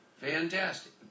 Fantastic